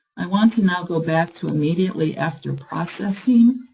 i want to now go back to immediately after processing,